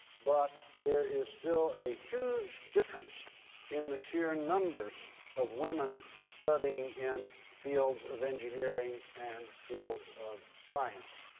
but there is still a huge difference in the sheer numbers of women studying in fields of engineering and fields of science.